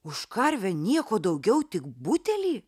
už karvę nieko daugiau tik butelį